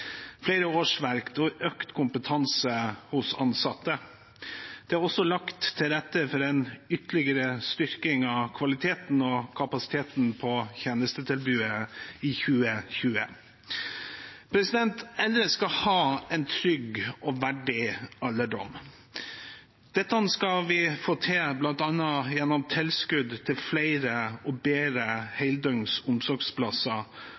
flere årsverk og økt kompetanse hos ansatte. Det er også lagt til rette for en ytterligere styrking av kvaliteten og kapasiteten på tjenestetilbudet i 2020. Eldre skal ha en trygg og verdig alderdom. Dette skal vi få til bl.a. gjennom tilskudd til flere og bedre heldøgns omsorgsplasser